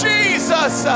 Jesus